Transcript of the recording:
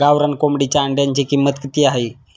गावरान कोंबडीच्या अंड्याची किंमत किती आहे?